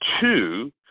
two